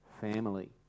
family